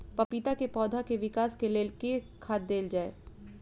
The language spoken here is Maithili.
पपीता केँ पौधा केँ विकास केँ लेल केँ खाद देल जाए?